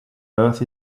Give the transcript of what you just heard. earth